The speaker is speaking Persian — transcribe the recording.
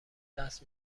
دست